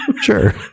Sure